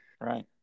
Right